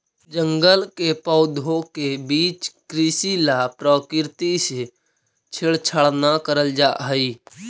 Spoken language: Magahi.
जंगल के पौधों के बीच कृषि ला प्रकृति से छेड़छाड़ न करल जा हई